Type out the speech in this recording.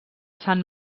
sant